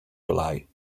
july